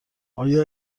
آیا